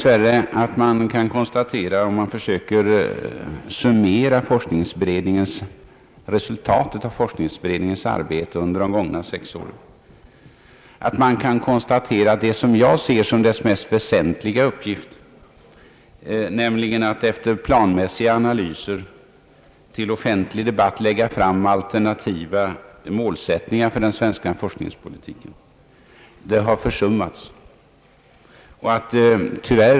Vid ett försök att summera resultaten av forskningsberedningens arbete under de gångna sex åren kan man tyvärr konstatera att det som jag ser som dess mest väsentliga uppgift, att efter planmässiga analyser till offentlig debatt lägga fram alternativa målsättningar för den svenska forskningspolitiken, har försummats.